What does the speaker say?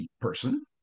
person